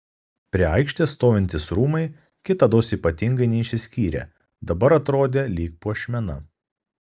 prie aikštės stovintys rūmai kitados ypatingai neišsiskyrę dabar atrodė lyg puošmena